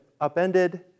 upended